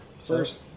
First